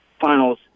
finals